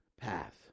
path